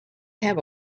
have